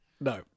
No